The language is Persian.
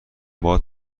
باهات